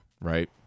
right